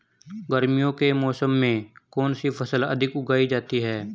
गर्मियों के मौसम में कौन सी फसल अधिक उगाई जाती है?